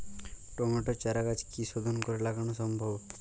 টমেটোর চারাগাছ কি শোধন করে লাগানো সম্ভব?